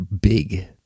big